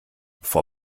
vor